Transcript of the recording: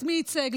את מי ייצג,